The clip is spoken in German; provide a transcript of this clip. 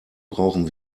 brauchen